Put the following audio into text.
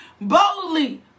Boldly